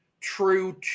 true